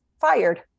fired